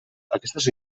aquestes